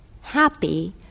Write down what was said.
happy